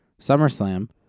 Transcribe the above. SummerSlam